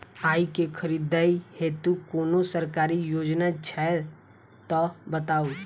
आइ केँ खरीदै हेतु कोनो सरकारी योजना छै तऽ बताउ?